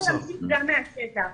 אנחנו נמשיך גם מהשטח.